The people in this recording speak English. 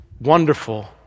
wonderful